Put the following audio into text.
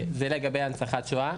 זה לגבי הנצחת שואה.